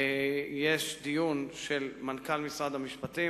יש דיון של מנכ"ל משרד המשפטים,